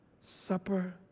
supper